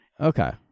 Okay